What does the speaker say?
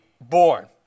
born